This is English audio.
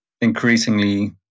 increasingly –